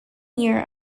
year